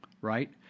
right